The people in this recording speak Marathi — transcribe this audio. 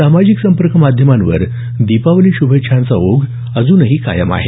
सामाजिक संपर्क माध्यमांवर दीपावली शुभेच्छांचा ओघ अजूनही कायम आहे